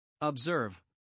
Observe